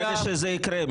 ברגע שזה יקרה,